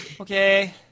okay